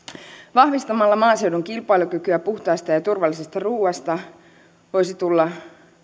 vahvistamalla maaseudun kilpailukykyä puhtaasta ja ja turvallisesta ruuasta voisi tulla